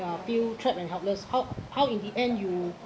uh feel trapped and helpless how how in the end you